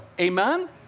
Amen